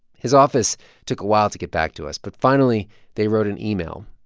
his office took a while to get back to us, but finally they wrote an email.